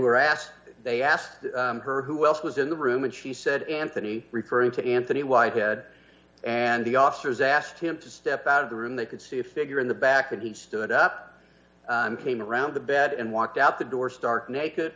they were asked they asked her who else was in the room and she said anthony referring to anthony whitehead and the officers asked him to step out of the room they could see a figure in the back and he stood up came around the bed and walked out the door stark naked